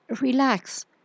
relax